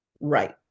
Right